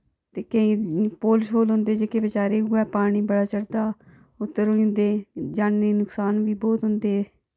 ते केईं पुल शुल होंदे जेह्के बचारे उऐ पानी बड़ा चढ़दा उत्त र होई जंदे जानी नुक्सान बी बहुत होंदे